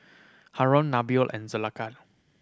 Haron Nabil and Zulaikha